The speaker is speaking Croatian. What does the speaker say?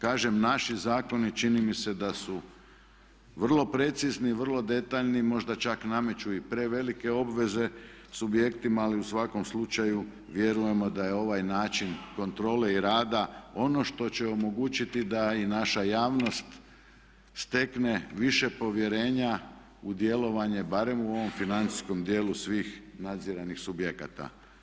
Kažem naši zakoni čini mi se da su vrlo precizni, vrlo detaljni, možda čak nameću i prevelike obveze subjektima ali u svakom slučaju vjerujemo da je ovaj način kontrole i rada ono što će omogućiti da i naša javnost stekne više povjerenja u djelovanje, barem u ovom financijskom dijelu svih nadziranih subjekata.